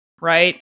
right